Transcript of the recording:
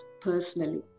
personally